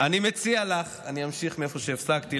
אני אמשיך מאיפה שהפסקתי.